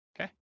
Okay